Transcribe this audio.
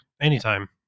Anytime